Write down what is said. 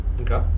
Okay